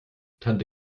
tante